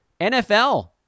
NFL